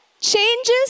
changes